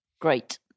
Great